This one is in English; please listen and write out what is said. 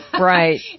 Right